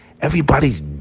everybody's